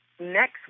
Next